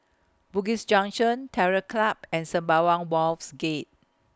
Bugis Junction Terror Club and Sembawang Wharves Gate